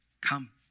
Come